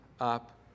up